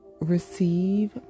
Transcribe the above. receive